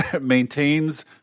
maintains